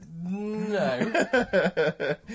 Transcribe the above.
No